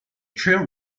trail